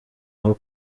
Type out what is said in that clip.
aho